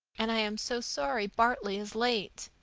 and i am so sorry bartley is late.